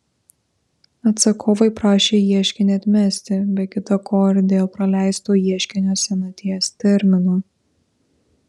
atsakovai prašė ieškinį atmesti be kita ko ir dėl praleisto ieškinio senaties termino